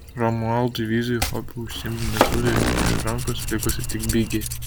romualdui vyzui hobiu užsiimti netrukdė iš rankos likusi tik bigė